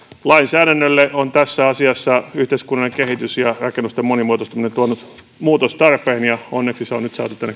lainsäädännölle on tässä asiassa yhteiskunnallinen kehitys ja rakennusten monimuotoistuminen tuonut muutostarpeen ja onneksi se on nyt saatu